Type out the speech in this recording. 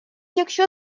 якщо